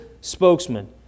spokesman